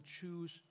choose